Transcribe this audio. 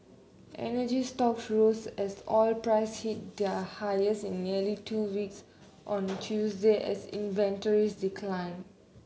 energy stock rose as oil price hit their highest in nearly two weeks on Tuesday as inventories decline